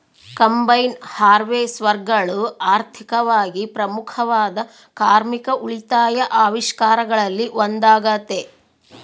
combine ಹಾರ್ವೆಸ್ಟರ್ಗಳು ಆರ್ಥಿಕವಾಗಿ ಪ್ರಮುಖವಾದ ಕಾರ್ಮಿಕ ಉಳಿತಾಯ ಆವಿಷ್ಕಾರಗಳಲ್ಲಿ ಒಂದಾಗತೆ